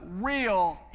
real